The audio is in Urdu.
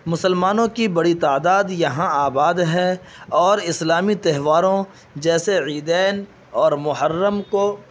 مسلمانوں کی بڑی تعداد یہاں آباد ہے اور اسلامی تہواروں جیسے عیدین اور محرم کو